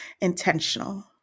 intentional